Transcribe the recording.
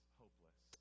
hopeless